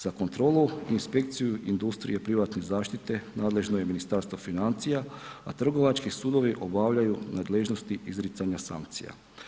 Za kontrolu i inspekciju industrije privatne zaštite nadležno je Ministarstvo financija, a trgovački sudovi obavljaju nadležnosti izricanja sankcija.